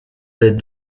des